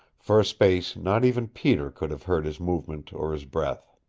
for a space not even peter could have heard his movement or his breath.